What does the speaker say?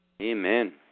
amen